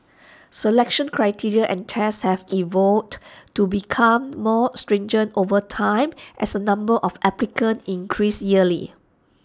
selection criteria and tests have evolved to become more stringent over time as the number of applicants increase yearly